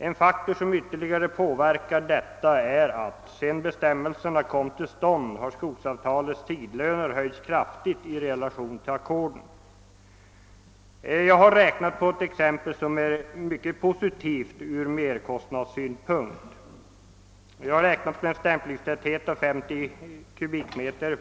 En faktor som ytterligare påverkar situationen är att, sedan dessa bestämmelser kom till stånd, skogsavtalets tidlöner har höjts kraftigt i relation till ackorden. Jag vill anföra ett exempel, som är mycket positivt ur merkostnadssynpunkt. Jag har därvid räknat med en stämplingstäthet av 50 m?